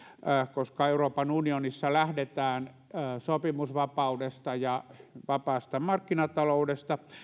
koska euroopan unionissa lähdetään sopimusvapaudesta ja vapaasta markkinataloudesta